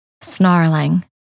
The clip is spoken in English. snarling